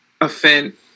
offend